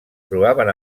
trobaven